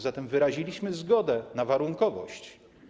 Zatem wyraziliśmy zgodę na warunkowość.